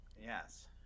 yes